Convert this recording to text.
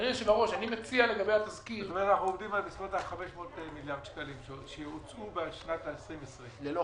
כלומר בסביבות 500 מיליארד שקלים שיוצאו בשנת 2020. כן,